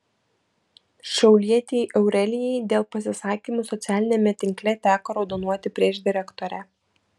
šiaulietei aurelijai dėl pasisakymų socialiniame tinkle teko raudonuoti prieš direktorę